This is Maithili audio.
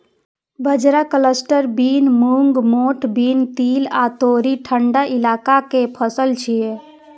बाजरा, कलस्टर बीन, मूंग, मोठ बीन, तिल आ तोरी ठंढा इलाका के फसल छियै